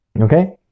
okay